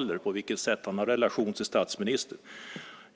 Det gäller på vilket sätt Ljungh har en relation till statsministern.